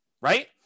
Right